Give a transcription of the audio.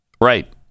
Right